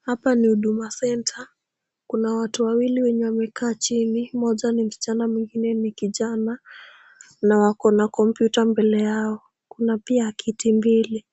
Hapa ni Huduma Centre. Kuna watu wawili wenye wamekaa chini, mmoja ni msichana, mwingine ni kijana, na wako na kompyuta mbele yao, kuna pia kiti mbili.